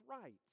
right